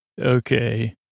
Okay